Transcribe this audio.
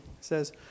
says